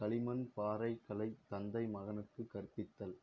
களிமண் பாறை கலை தந்தை மகனுக்கு கற்பித்தல்